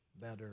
better